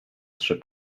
trzy